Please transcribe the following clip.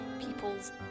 people's